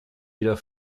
wieder